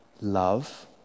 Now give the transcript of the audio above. love